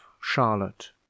charlotte